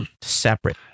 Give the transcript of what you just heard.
separate